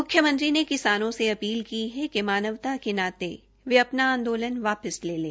मुख्यमंत्री ने किसानों से अपील की है कि मानवता के नाते वे अपना आंदोलन वापस ले लें